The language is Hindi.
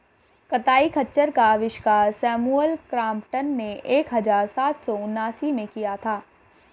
कताई खच्चर का आविष्कार सैमुअल क्रॉम्पटन ने एक हज़ार सात सौ उनासी में किया था